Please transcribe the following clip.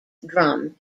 drum